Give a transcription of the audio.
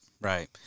right